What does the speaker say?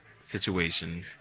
situation